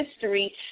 history